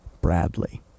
Bradley